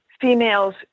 females